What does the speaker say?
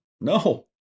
No